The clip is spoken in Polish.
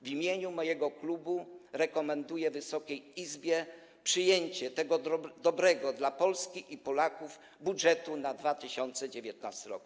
W imieniu mojego klubu rekomenduję Wysokiej Izbie przyjęcie tego dobrego dla Polski i Polaków budżetu na 2019 r.